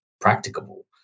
practicable